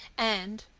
and,